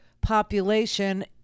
population